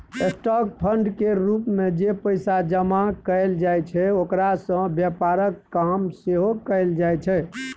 stock fund केर रूप मे जे पैसा जमा कएल जाइ छै ओकरा सँ व्यापारक काम सेहो कएल जाइ छै